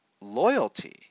loyalty